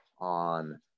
on